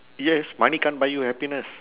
yes money can't buy you happiness